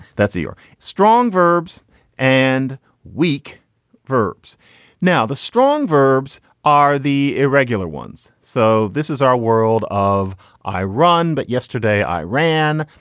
that's your strong verbs and weak verbs now, the strong verbs are the irregular ones. so this is our world of irun. but yesterday i ran.